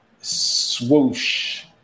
Swoosh